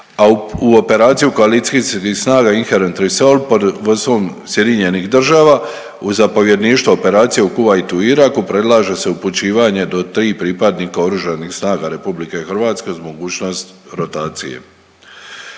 a u operaciji koalicijskih snaga „INHERENT RESOLVE“ pod vodstvom Sjedinjenih država u zapovjedništvo operacije u Kuvajtu i Iraku predlaže se upućivanje do 3 pripadnika Oružanih snaga RH uz mogućnost rotacije.